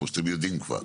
כמוש אתם יודעים כבר,